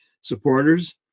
supporters